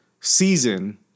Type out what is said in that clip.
season